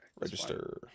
Register